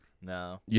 No